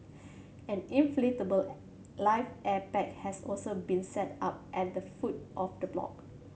an inflatable life air pack has also been set up at the foot of the block